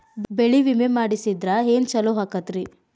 ಬೆಳಿ ವಿಮೆ ಮಾಡಿಸಿದ್ರ ಏನ್ ಛಲೋ ಆಕತ್ರಿ?